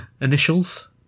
initials